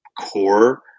core